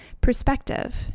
Perspective